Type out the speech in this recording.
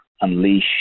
unleash